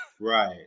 Right